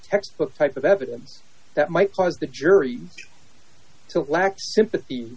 textbook type of evidence that might cause the jury to lack sympathy